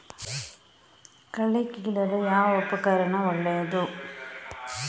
ಕಳೆ ಕೀಳಲು ಯಾವ ಉಪಕರಣ ಒಳ್ಳೆಯದು?